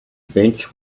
bench